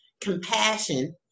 compassion